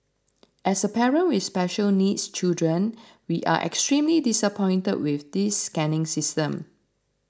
as a parent with special needs children we are extremely disappointed with this scanning system